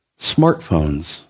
Smartphones